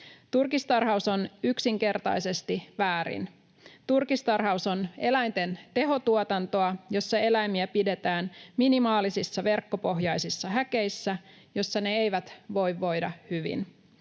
Turkistarhaus on yksinkertaisesti väärin. Turkistarhaus on eläinten tehotuotantoa, jossa eläimiä pidetään minimaalisissa verkkopohjaisissa häkeissä, joissa ne eivät voi voida hyvin.